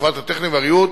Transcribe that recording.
המפרט הטכני והריהוט,